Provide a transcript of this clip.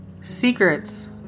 Secrets